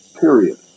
period